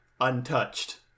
untouched